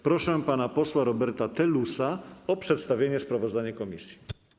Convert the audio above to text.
Proszę pana posła Roberta Telusa o przedstawienie sprawozdania komisji.